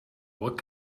what